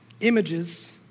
images